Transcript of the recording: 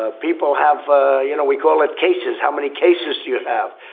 ah people have ah you know, we call it cases. how many cases do you have?